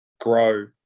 grow